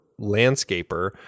landscaper